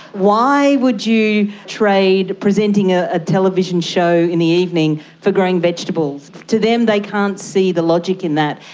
why would you trade presenting a ah television show in the evening for growing vegetables? to them they can't see the logic in that.